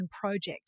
project